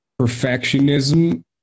perfectionism